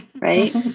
right